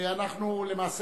למעשה